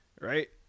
Right